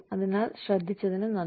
അതിനാൽ ശ്രദ്ധിച്ചതിന് നന്ദി